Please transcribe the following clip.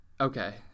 okay